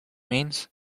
means